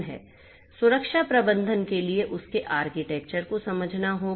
सुरक्षा प्रबंधन के लिए उसके आर्किटेक्चर को समझना होगा